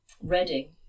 reading